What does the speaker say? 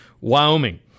Wyoming